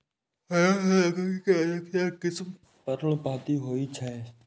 दृढ़ लकड़ी के अधिकतर किस्म पर्णपाती होइ छै